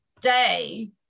day